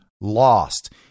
lost